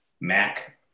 Mac